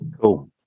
cool